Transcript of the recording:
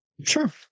Sure